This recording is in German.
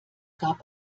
gab